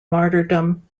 martyrdom